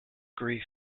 grief